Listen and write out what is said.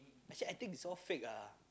I said I think it's all fake lah